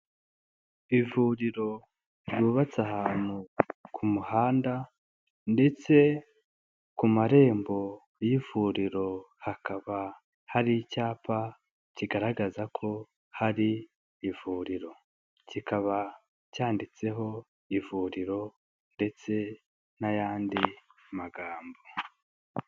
Ivuriro ryubatse ahantu ku muhanda ndetse ku marembo y'ivuriro hakaba hari icyapa kigaragaza ko hari ivuriro, kikaba cyanditseho ivuriro ndetse n'ayandi magambo.